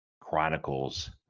Chronicles